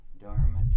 Dharma